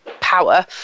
power